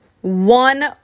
one